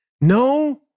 no